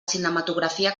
cinematografia